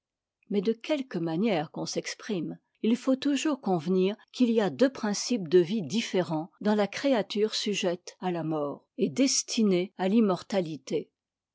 mais de quelque manière qu'on s'exprime il faut toujours cônvenir qu'il y a deux principes de vie différents dans la créature sujette à la mort et destinée à l'immortalité